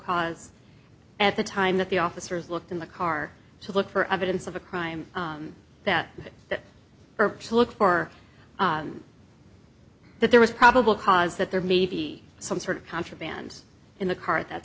cause at the time that the officers looked in the car to look for evidence of a crime that perps look for that there was probable cause that there may be some sort of contraband in the car at that